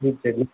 ठीक छै